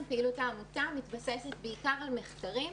פעילות העמותה מתבססת בעיקר על מחקרים.